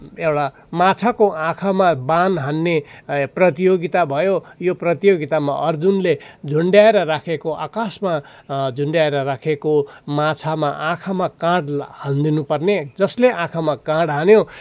एउटा माछाको आँखामा बाण हान्ने प्रतियोगिता भयो यो प्रतियोगितामा अर्जुनले झुन्ड्याएर राखेको आकाशमा झुन्ड्याएर राखेको माछामा आँखामा काँड हानिदिनु पर्ने जसले आँखामा काँड हान्यो